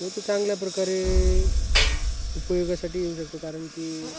व तो चांगल्या प्रकारे उपयोगासाठी येऊ शकतो कारणकी